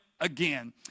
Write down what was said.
again